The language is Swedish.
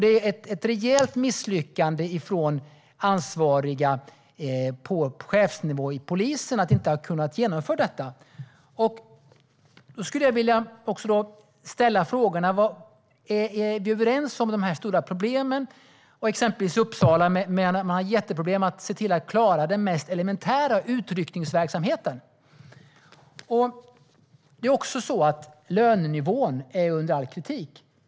Det är ett rejält misslyckande för ansvariga på chefsnivå inom polisen att det inte har kunnat genomföras. Jag vill fråga ministern om vi är överens om att de stora problemen finns, exempelvis i Uppsala där man har jättestora problem med att klara den mest elementära utryckningsverksamheten. Lönenivån är också under all kritik.